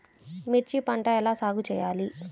మిర్చి పంట ఎలా సాగు చేయాలి?